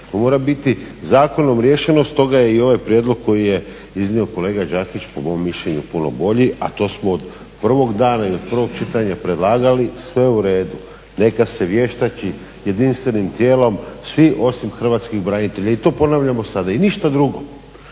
to mora biti zakonom riješeno. Stoga je i ovaj prijedlog koji je iznio kolega Đakić po mom mišljenju puno bolji, a to smo od prvog dana i od prvog čitanja predlagali. Sve u redu, neka se vještači jedinstvenim tijelom, svi osim hrvatskih branitelja i to ponavljamo sada i ništa drugo.